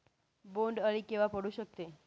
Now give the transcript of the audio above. बोंड अळी केव्हा पडू शकते?